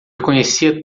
conhecia